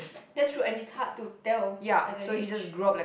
that's true and it's hard to tell at that age